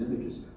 images